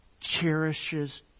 cherishes